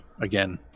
again